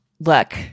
Look